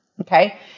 okay